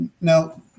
now